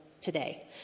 today